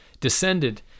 descended